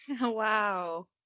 Wow